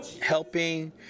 Helping